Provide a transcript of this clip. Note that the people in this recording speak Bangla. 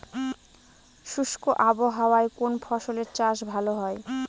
শুষ্ক আবহাওয়ায় কোন ফসলের চাষ ভালো হয়?